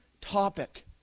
topic